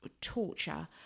torture